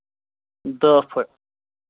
دَہ پھہٕ